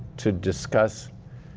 to discuss